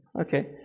Okay